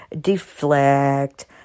deflect